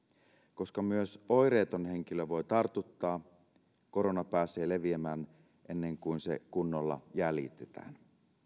koska myös oireeton henkilö voi tartuttaa korona pääse leviämään ennen kuin se kunnolla jäljitetään